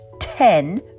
ten